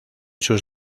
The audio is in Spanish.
sus